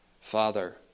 Father